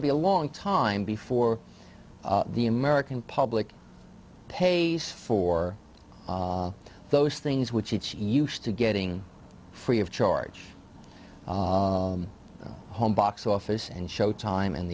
to be a long time before the american public pays for those things which used to getting free of charge home box office and showtime and